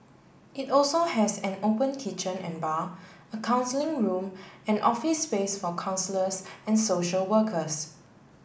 it also has an open kitchen and bar a counselling room and office space for counsellors and social workers